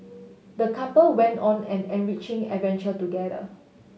the couple went on an enriching adventure together